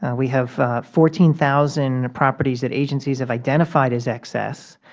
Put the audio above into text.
and we have fourteen thousand properties that agencies have identified as excess,